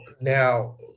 now